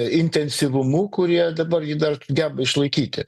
intensyvumu kurie dabar jį dar geba išlaikyti